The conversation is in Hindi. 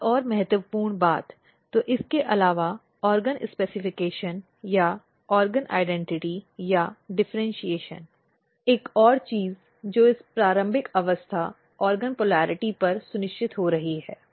एक और महत्वपूर्ण बात तो इसके अलावा अंग विनिर्देश या अंग पहचान या डिफ़र्इन्शीएशन एक और चीज जो इस प्रारंभिक अवस्था अंग ध्रुवता पर सुनिश्चित हो रही है